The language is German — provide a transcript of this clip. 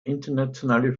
internationale